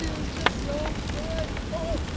it's just so good. oh,